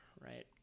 right